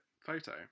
photo